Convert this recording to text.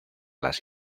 las